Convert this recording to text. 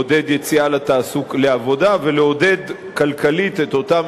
לעודד יציאה לעבודה ולעודד כלכלית את אותם